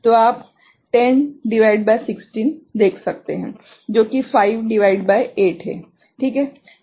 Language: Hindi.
तो आप 10 भागित 16 देख सकते हैं जो कि 5 भागित 8 है ठीक है